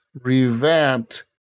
revamped